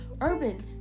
Urban